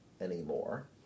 anymore